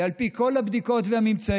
ועל פי כל הבדיקות והממצאים,